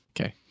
Okay